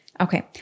okay